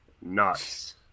nuts